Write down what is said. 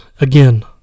Again